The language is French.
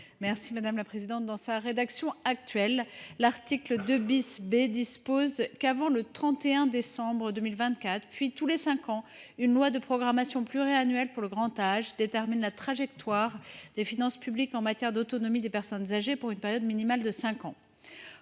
Mme Anne Souyris. Dans sa rédaction actuelle, l’article 2 B dispose ce qui suit :« Avant le 31 décembre 2024, puis tous les cinq ans, une loi de programmation pluriannuelle pour le grand âge détermine la trajectoire des finances publiques en matière d’autonomie des personnes âgées, pour une période minimale de cinq ans.